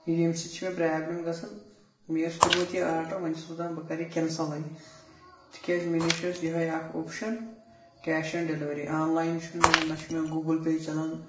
ییٚمہِ سۭتۍ چھِ مےٚ پرابلِم گَژھان مےٚ اوس کوٚرمُت یہِ آرڈَر وۄنۍ چھُس بہٕ دَپان بہٕ کَرٕ یہٕ کینٛسَلٕے تکیاز مےٚ نِش ٲسۍ یِہے اکھ option cash on delivery online چھُنہٕ مےٚ نہَ چھُ مےٚ گوٗگٕل پے چَلان